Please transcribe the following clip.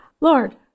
Lord